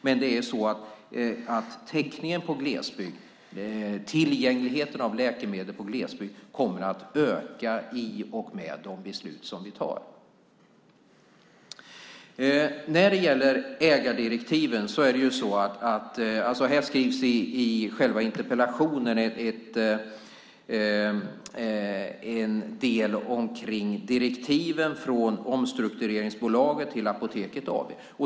Men täckningen i glesbygd och tillgängligheten till läkemedel i glesbygd kommer att öka i och med de beslut som vi fattar. När det gäller ägardirektiven skrivs det i själva interpellationen en del om direktiven från omstruktureringsbolaget till Apoteket AB.